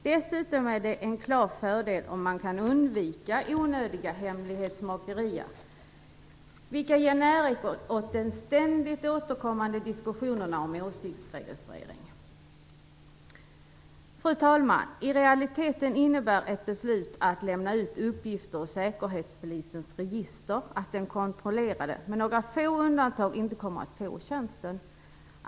Dessutom är det en klar fördel om man kan undvika onödiga hemlighetsmakerier, vilka ger näring åt de ständigt återkommande diskussionerna om åsiktsregistrering. Fru talman! I realiteten innebär ett beslut om att lämna ut uppgifter ur Säkerhetspolisens register att den kontrollerade med några få undantag inte kommer att få tjänsten.